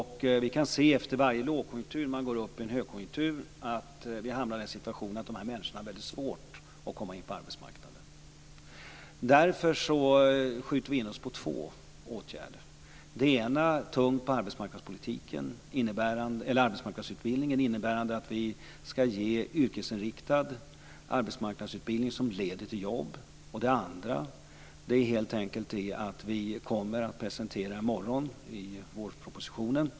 När det efter varje lågkonjunktur kommer en högkonjunktur kan vi se att dessa människor har svårt att komma in på arbetsmarknaden. Därför skjuter vi in oss på två åtgärder. Den ena är arbetsmarknadsutbildningen. Det innebär att vi skall ge yrkesinriktad arbetsmarknadsutbildning som leder till jobb. Den andra kommer vi att presentera i vårpropositionen.